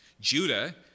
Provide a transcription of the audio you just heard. Judah